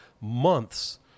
months